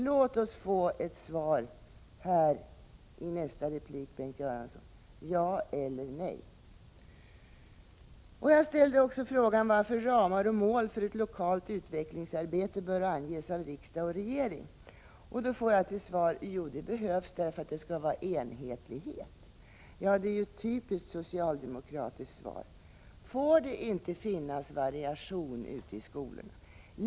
Låt oss få ett svar i nästa replik, Bengt Göransson — ja eller nej. Jag ställde också frågan om varför ramar och mål för ett lokalt utvecklingsarbete bör anges av riksdag och regering. Då fick jag till svar att det behövs därför att det skall vara enhetlighet. Det är ett typiskt socialdemokratiskt svar. Får det inte finnas variation ute i skolorna?